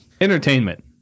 entertainment